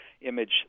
image